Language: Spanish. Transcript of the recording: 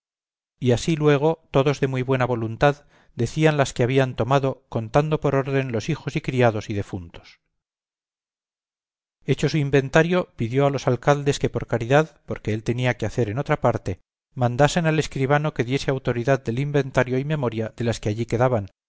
y así luego todos de muy buena voluntad decían las que habían tomado contando por orden los hijos y criados y defuntos hecho su inventario pidió a los alcaldes que por caridad porque él tenía que hacer en otra parte mandasen al escribano le diese autoridad del inventario y memoria de las que allí quedaban